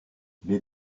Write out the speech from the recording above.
les